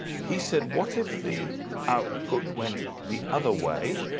he said, what if the output went the other way,